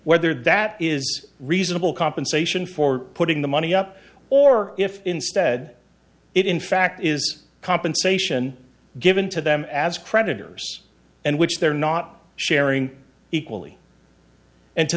whether that is reasonable compensation for putting the money up or if instead it in fact is compensation given to them as creditors and which they're not sharing equally and